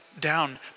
down